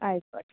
ആയിക്കോട്ടെ